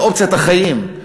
באופציית החיים,